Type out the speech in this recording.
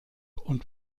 und